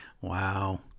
Wow